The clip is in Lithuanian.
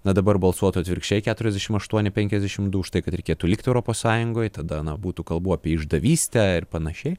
na dabar balsuotų atvirkščiai keturiasdešim aštuoni penkiasdešim du už tai kad reikėtų likti europos sąjungoj tada na būtų kalbų apie išdavystę ir panašiai